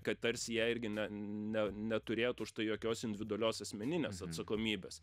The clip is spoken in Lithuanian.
kad tarsi jie irgi ne ne neturėtų už tai jokios individualios asmeninės atsakomybės